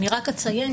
רק אציין,